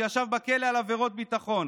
שישב בכלא על עבירות ביטחון,